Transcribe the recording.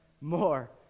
more